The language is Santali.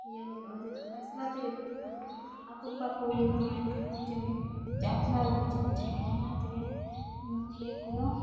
ᱤᱭᱟᱹ ᱦᱩᱭᱩᱜᱼᱟ ᱪᱮᱫᱟᱜ ᱯᱷᱟᱭᱥᱟᱞᱟ ᱛᱮᱜᱮ ᱦᱩᱭᱩᱜᱼᱟ ᱚᱱᱟᱫᱚ ᱟᱠᱚᱫᱚ ᱵᱟᱠᱚ ᱤᱭᱟᱹ ᱦᱟᱢᱟ ᱮᱱᱠᱷᱟᱱ ᱫᱚ ᱪᱮᱫ ᱮᱢ ᱟᱯᱱᱟᱨᱫᱚ ᱪᱮᱫᱮᱢ ᱪᱮᱠᱟᱹᱭᱟ ᱚᱱᱟᱛᱮᱜᱮ ᱢᱩᱠᱷᱤᱭᱟᱹ ᱠᱚᱫᱚ